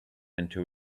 into